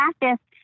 practice